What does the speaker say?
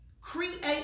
create